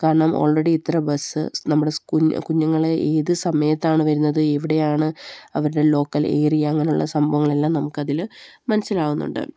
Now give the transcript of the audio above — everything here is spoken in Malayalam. കാരണം ഓൾറെഡി ഇത്ര ബസ്സ് നമ്മുടെ കുഞ്ഞുങ്ങള് ഏത് സമയത്താണ് വരുന്നത് എവിടെയാണ് അവരുടെ ലോക്കൽ ഏരിയ അങ്ങനെയുള്ള സംഭവങ്ങളെല്ലാം നമുക്കതില് മനസ്സിലാകുന്നുണ്ട്